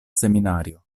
seminario